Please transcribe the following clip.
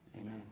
Amen